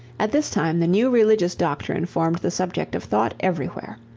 at this time the new religious doctrine formed the subject of thought everywhere.